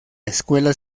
escuela